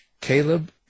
Caleb